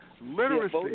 Literacy